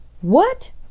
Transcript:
What